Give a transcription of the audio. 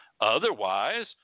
Otherwise